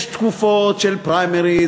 יש תקופות של פריימריז,